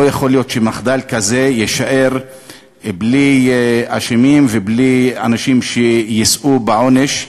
לא יכול להיות שמחדל כזה יישאר בלי אשמים ובלי שאנשים יישאו בעונש.